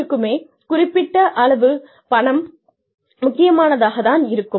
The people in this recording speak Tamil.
எல்லோருக்குமே குறிப்பிட்ட அளவு பணம் முக்கியமானதாக தான் இருக்கும்